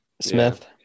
Smith